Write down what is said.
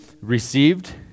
received